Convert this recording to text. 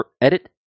edit